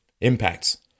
impacts